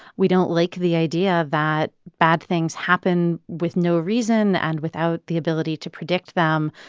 we don't like the idea that bad things happen with no reason and without the ability to predict them.